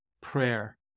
prayer